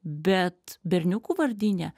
bet berniukų vardyne